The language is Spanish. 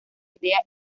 idea